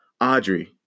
Audrey